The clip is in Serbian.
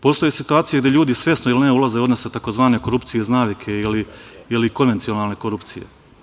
Postoji situacije gde ljudi svesno ili ne ulaze u odnos tzv. korupcije iz navike ili konvencionalne korupcije.